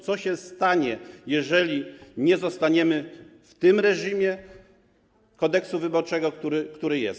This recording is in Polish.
Co się stanie, jeżeli nie zostaniemy w tym reżimie Kodeksu wyborczego, który jest?